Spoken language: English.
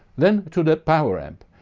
then to the power amp.